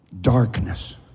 darkness